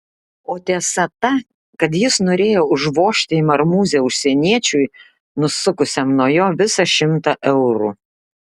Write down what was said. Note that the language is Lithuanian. o tiesa ta kad jis norėjo užvožti į marmūzę užsieniečiui nusukusiam nuo jo visą šimtą eurų